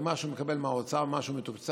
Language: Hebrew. ומה שהוא מקבל מהאוצר זה מה שהוא מתוקצב,